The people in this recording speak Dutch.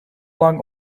lang